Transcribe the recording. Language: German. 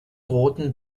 roten